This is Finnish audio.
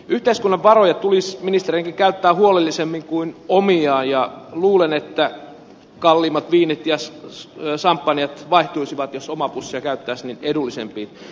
yhteiskunnan varoja tulisi ministerienkin käyttää huolellisemmin kuin omiaan ja luulen että kalliimmat viinit ja samppanjat vaihtuisivat jos omaa pussia käytettäisiin edullisempiin